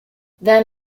then